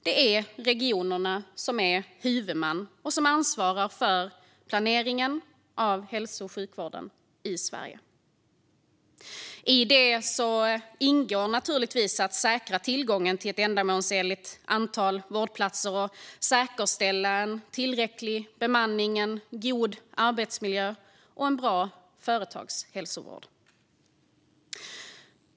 Det är regionerna som är huvudman och som ansvarar för planeringen av hälso och sjukvården i Sverige. I det ingår naturligtvis att säkra tillgången till ett ändamålsenligt antal vårdplatser och att säkerställa en tillräcklig bemanning, en god arbetsmiljö och en bra företagshälsovård.